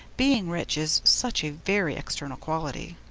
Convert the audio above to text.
being rich is such a very external quality.